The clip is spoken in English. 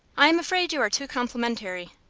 i am afraid you are too complimentary.